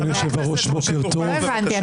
לא הבנתי.